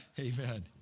Amen